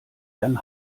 jan